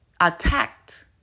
attacked